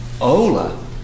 Ola